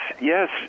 yes